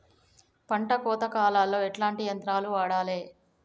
పంట కోత కాలాల్లో ఎట్లాంటి యంత్రాలు వాడాలే?